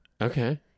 Okay